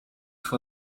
for